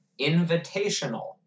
Invitational